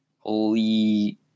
Holy